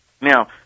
Now